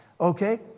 okay